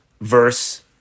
verse